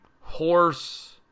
horse